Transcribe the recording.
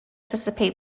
dissipate